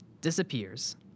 disappears